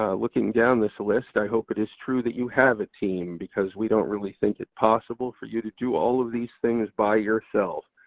um looking down this list i hope it is true that you have a team, because we don't really think it's possible for you to do all of these things by yourself.